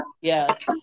yes